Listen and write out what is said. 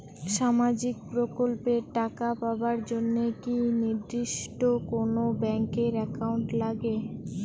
সামাজিক প্রকল্পের টাকা পাবার জন্যে কি নির্দিষ্ট কোনো ব্যাংক এর একাউন্ট লাগে?